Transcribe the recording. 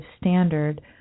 standard